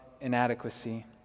inadequacy